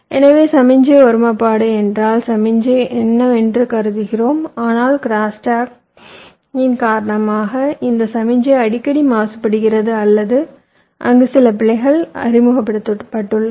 எனவே சமிக்ஞை ஒருமைப்பாடு என்றால் சமிக்ஞை என்னவென்று கருதுகிறோம் ஆனால் க்ரோஸ்டாக்கின் காரணமாக இந்த சமிக்ஞை அடிக்கடி மாசுபடுகிறது அல்லது அங்கு சில பிழைகள் அறிமுகப்படுத்தப்பட்டுள்ளன